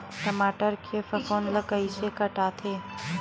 टमाटर के फफूंद ल कइसे हटाथे?